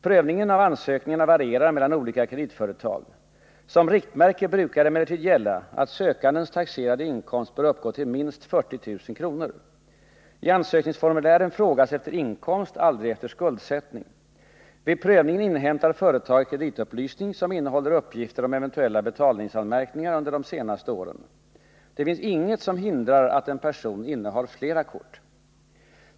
Prövningen av ansökningarna varierar mellan olika kreditföretag. Som riktmärke brukar emellertid gälla att sökandens taxerade inkomst bör uppgå till minst 40 000 kr. I ansökningsformulären frågas efter inkomst; aldrig efter skuldsättning. Vid prövningen inhämtar företaget kreditupplysning som innehåller uppgifter om eventuella betalningsanmärkningar under de senaste åren. Det finns inget som hindrar att en person innehar flera kort.